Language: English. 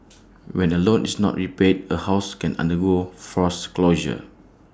when A loan is not repaid A house can undergo forth closure